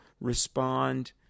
respond